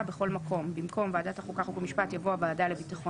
במקום "לוועדת ביטחון